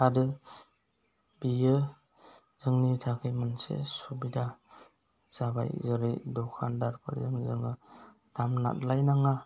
आरो बियो जोंनि थाखाय मोनसे सुबिदा जाबाय जेरै दखानदार दाम लालायनाङा